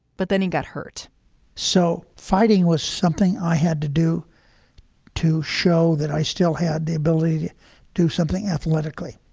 but then he got hurt so fighting was something i had to do to show that i still had the ability to do something athletically